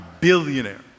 billionaire